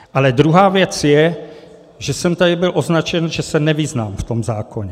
Ale druhá věc je, že jsem tady byl označen, že se nevyznám v tom zákonu.